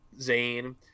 zane